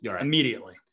immediately